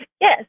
Yes